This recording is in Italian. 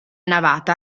navata